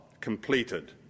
completed